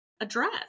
address